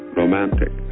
romantic